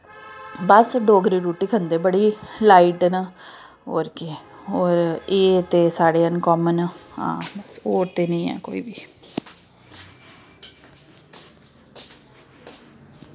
बस डोगरे रुट्टी खंदे बड़ी लाईट न होर केह् होर एह् ते साढ़े न अनकॉमन आं होर ते निं ऐ कोई बी